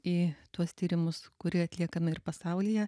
į tuos tyrimus kurie atliekami ir pasaulyje